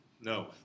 No